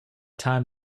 time